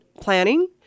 Planning